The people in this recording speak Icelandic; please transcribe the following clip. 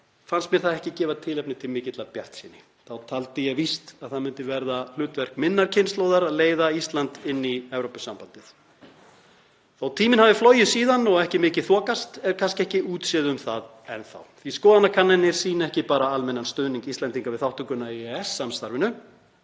fannst mér það ekki gefa tilefni til mikillar bjartsýni. Þá taldi ég víst að það myndi verða hlutverk minnar kynslóðar að leiða Ísland inn í Evrópusambandið. Þótt tíminn hafi flogið síðan og ekki mikið þokast er kannski ekki útséð um það enn þá því að skoðanakannanir sýna ekki bara almennan stuðning Íslendinga við þátttökuna í EES-samstarfinu,